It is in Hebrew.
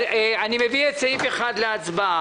אני מביא את סעיף 1 להצבעה.